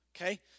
Okay